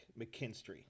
McKinstry